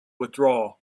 withdraw